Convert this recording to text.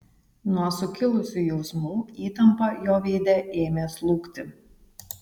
nuo sukilusių jausmų įtampa jo veide ėmė slūgti